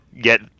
get